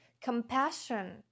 Compassion